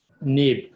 nib